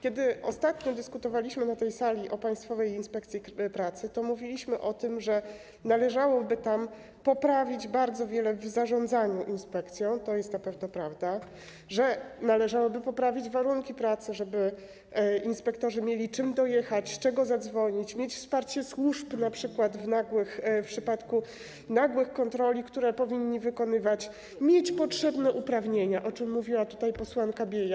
Kiedy ostatnio dyskutowaliśmy na tej sali o Państwowej Inspekcji Pracy, mówiliśmy o tym, że należałoby tam poprawić bardzo wiele w zarządzaniu inspekcją, to jest na pewno prawda, że należałoby poprawić warunki pracy, żeby inspektorzy mieli czym dojechać, z czego zadzwonić, mieć wsparcie służb np. w przypadku nagłych kontroli, które powinni wykonywać, mieć potrzebne uprawnienia, o czym mówiła posłanka Biejat.